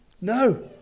no